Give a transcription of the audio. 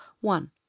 one